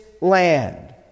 land